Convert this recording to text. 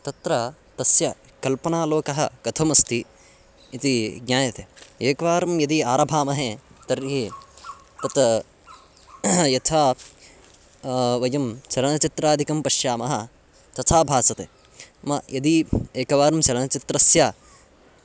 तत्र तस्य कल्पनालोकः कथमस्ति इति ज्ञायते एकवारं यदि आरभामहे तर्हि तत् यथा वयं चलनचित्रादिकं पश्यामः तथा भासते म यदि एकवारं चलनचित्रस्य